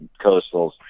coastals